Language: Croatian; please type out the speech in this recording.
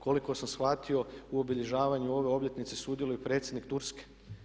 Koliko sam shvatio u obilježavanju ove obljetnice sudjeluje i predsjednik Turske.